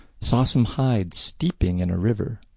saw some hides steeping in a river,